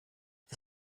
the